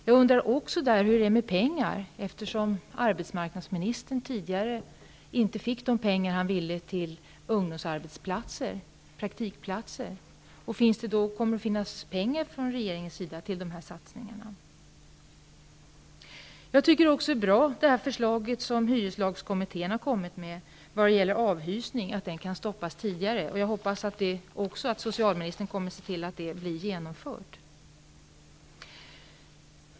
I det sammanhanget undrar jag hur det går med pengar, eftersom arbetsmarknadsministern tidigare inte fick de pengar han ville ha för att satsa på ungdomsarbetsplatser och praktikplatser. Kommer det att finnas några pengar som regeringen kan anslå till detta ändamål? Förslaget om att avhysning kan stoppas tidigare, som hyreslagskommittén har lagt fram, är också bra. Jag hoppas att socialministern kommer att se till att förslaget blir genomfört.